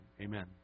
amen